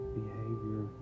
behavior